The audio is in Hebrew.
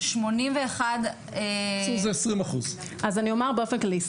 81. זה 20%. אז אני אומר באופן כללי,